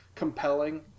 Compelling